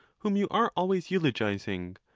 whom you are always eulogizing,